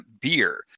beer